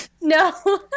No